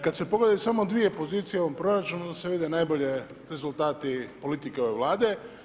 Kad se pogledaju samo dvije pozicije u ovom proračunu onda se vide najbolje rezultati politike ove Vlade.